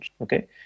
okay